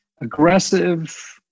aggressive